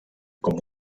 com